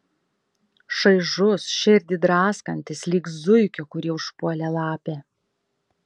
šaižus širdį draskantis lyg zuikio kurį užpuolė lapė